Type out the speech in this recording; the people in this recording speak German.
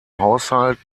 haushalt